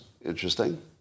interesting